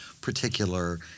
particular